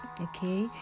Okay